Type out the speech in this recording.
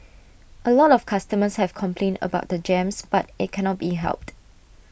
A lot of customers have complained about the jams but IT cannot be helped